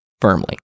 firmly